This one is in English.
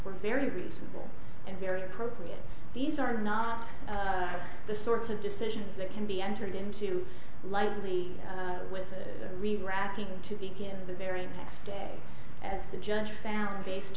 were very reasonable and very appropriate these are not the sorts of decisions that can be entered into lightly with reracking to begin the very next day as the judge found based